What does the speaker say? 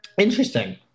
Interesting